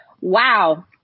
Wow